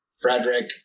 Frederick